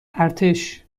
ارتش